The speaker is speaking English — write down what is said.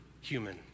human